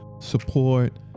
support